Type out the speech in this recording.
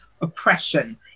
oppression